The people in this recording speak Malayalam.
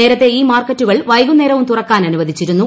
നേരത്തെ ഈ മാർക്കറ്റുകൾ വൈകുന്നേരവും തുറക്കാൻ അനുവദിച്ചിരുന്നു